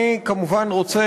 אני כמובן רוצה,